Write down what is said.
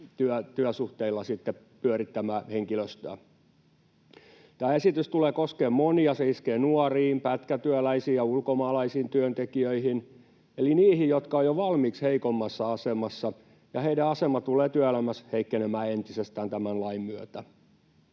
työsuhteilla pyörittämään henkilöstöä. Tämä esitys tulee koskemaan monia. Se iskee nuoriin, pätkätyöläisiin ja ulkomaalaisiin työntekijöihin eli niihin, jotka ovat jo valmiiksi heikommassa asemassa, ja heidän asemansa tulee työelämässä heikkenemään entisestään tämän lain myötä.